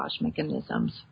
mechanisms